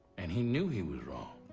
and he knew he was wrong.